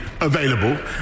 available